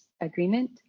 agreement